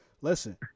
Listen